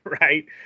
right